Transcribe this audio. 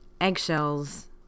eggshells